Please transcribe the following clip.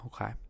Okay